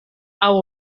hau